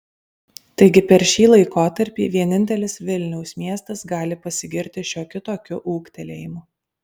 taigi per šį laikotarpį vienintelis vilniaus miestas gali pasigirti šiokiu tokiu ūgtelėjimu